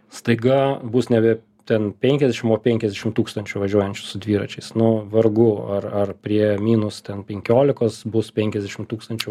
staiga bus nebe ten penkiasdešim o penkiasdešim tūkstančių važiuojančių su dviračiais nu vargu ar ar prie minus penkiolikos bus penkiasdešimt tūkstančių